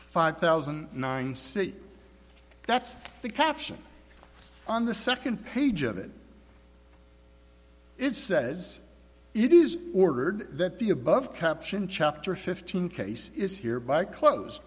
five thousand nine see that's the caption on the second page of it it says it is ordered that the above caption chapter fifteen case is here by clo